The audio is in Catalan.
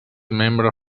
membre